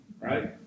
right